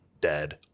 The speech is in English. dead